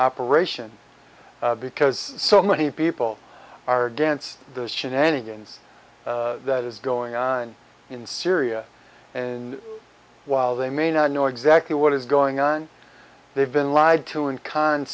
operation because so many people are against the shenanigans that is going on in syria and while they may not know exactly what is going on they've been lied to and con